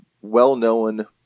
well-known